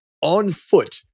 on-foot